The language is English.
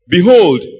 Behold